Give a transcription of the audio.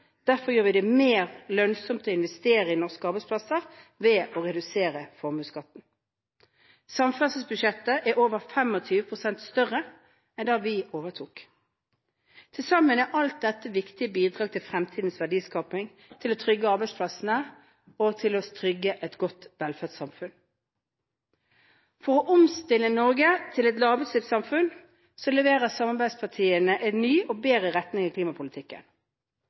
Derfor gjør vi det mer lønnsomt å investere i norske arbeidsplasser ved å redusere formuesskatten. Samferdselsbudsjettet er over 25 pst. større enn da vi overtok. Til sammen er alt dette viktige bidrag til fremtidens verdiskaping, til å trygge arbeidsplassene og til å trygge et godt velferdssamfunn. For å omstille Norge til et lavutslippssamfunn leverer samarbeidspartiene en ny og bedre retning i klimapolitikken.